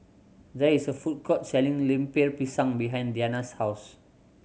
there is a food court selling Lemper Pisang behind Deana's house